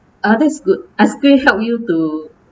ah that's good ice cream help you to